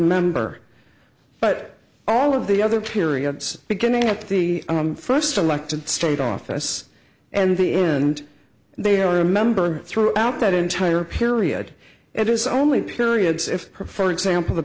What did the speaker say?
member but all of the other periods beginning at the first elected state office and the end they are remembered throughout that entire period it is only periods if for example the